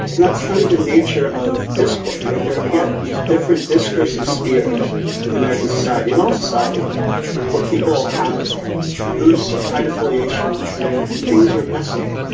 and that's kind of the nature of discourse right there. again, these different discursive spheres in american society and all societies where people have loose or tight affiliations and and things are messy.